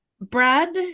Brad